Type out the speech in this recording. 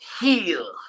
heal